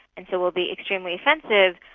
and so will be extremely offensive,